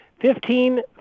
fifteen